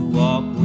walk